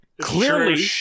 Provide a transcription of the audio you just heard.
Clearly